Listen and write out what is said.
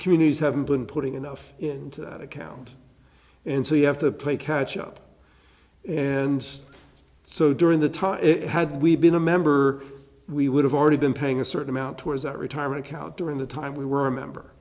communities haven't been putting enough into account and so you have to play catch up and so during the time it had we been a member we would have already been paying a certain amount towards that retirement account during the time we were a member